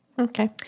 Okay